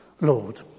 Lord